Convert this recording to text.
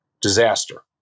disaster